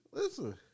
Listen